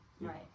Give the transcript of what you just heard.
Right